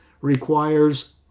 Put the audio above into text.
requires